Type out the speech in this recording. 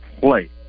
play